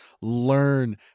learn